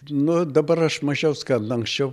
nu dabar aš mažiau skambinu anksčiau